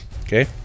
okay